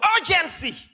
urgency